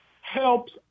helps